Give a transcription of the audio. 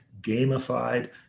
gamified